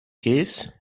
case